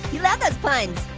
you love those puns.